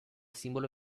simbolo